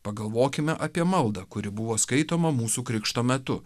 pagalvokime apie maldą kuri buvo skaitoma mūsų krikšto metu